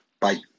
Bye